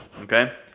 Okay